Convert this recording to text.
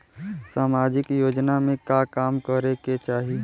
सामाजिक योजना में का काम करे के चाही?